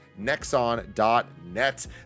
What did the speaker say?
nexon.net